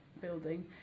building